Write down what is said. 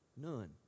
none